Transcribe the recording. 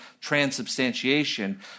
transubstantiation